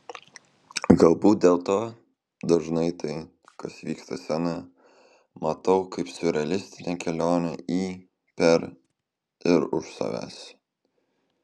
galbūt dėl to dažnai tai kas vyksta scenoje matau kaip siurrealistinę kelionę į per ir už savęs